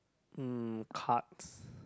um cards